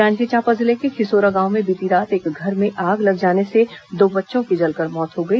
जांजगीर चांपा जिले के खिसोरा गांव में बीती रात एक घर में आग लग जाने से दो बच्चों की जलकर मौत हो गई